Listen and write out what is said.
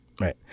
right